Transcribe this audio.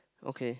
okay